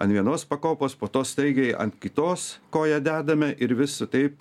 an vienos pakopos po to staigiai ant kitos koją dedame ir vis taip